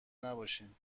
نباشین